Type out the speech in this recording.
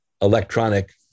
electronic